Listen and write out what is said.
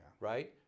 right